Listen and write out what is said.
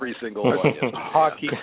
hockey